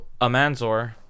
Amanzor